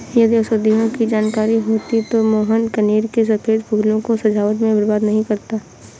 यदि औषधियों की जानकारी होती तो मोहन कनेर के सफेद फूलों को सजावट में बर्बाद नहीं करता